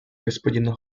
господина